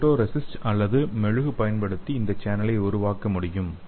photo resist அல்லது மெழுகு பயன்படுத்தி இந்த சேனலை உருவாக்க முடியும்